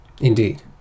Indeed